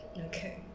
Okay